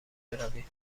برویم